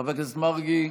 חבר הכנסת מרגי,